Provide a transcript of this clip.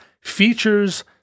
features